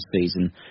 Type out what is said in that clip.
season